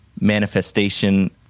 manifestation